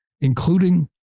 including